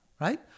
Right